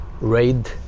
Raid